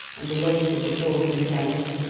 and awaited the course of events.